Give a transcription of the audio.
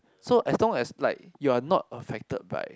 so as long as like you are not affected by